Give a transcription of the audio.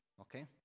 Okay